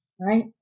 right